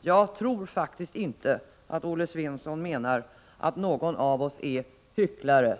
Jag tror inte att Olle Svensson menar att någon av oss är hycklare.